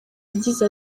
yagize